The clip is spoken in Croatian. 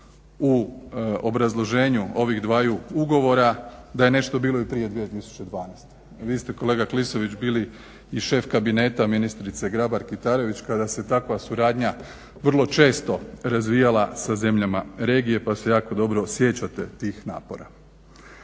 u obrazloženju ovih dvaju ugovora da je nešto bilo i prije 2012. Vi ste kolega Klisović i šef kabineta ministrice Grabar Kitarović kada se takva suradnja vrlo često razvijala sa zemljama regije pa se jako dobro sjećate tih napora.